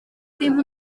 ddim